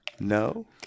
No